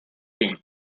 king